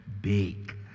big